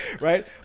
right